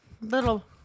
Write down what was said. little